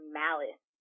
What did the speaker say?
malice